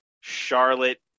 Charlotte